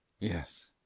Yes